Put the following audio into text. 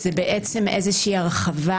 זה בעצם איזושהי הרחבה.